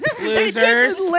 Losers